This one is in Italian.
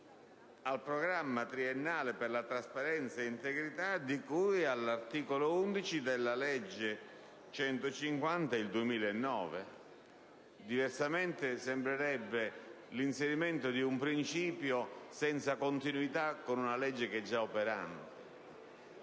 al Programma triennale per la trasparenza e l'integrità di cui all'articolo 11 del decreto legislativo n. 150 del 2009. Diversamente, sembrerebbe l'inserimento di un principio senza continuità con una legge già operante.